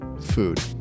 food